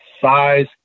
size